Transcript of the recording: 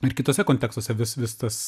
ir kituose kontekstuose vis vis tas